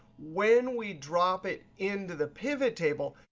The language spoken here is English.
when we drop it into the pivot table,